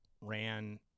ran